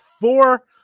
four